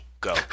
Go